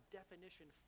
definition